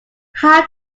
how